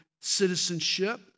citizenship